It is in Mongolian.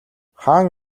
хаан